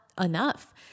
enough